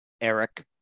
Eric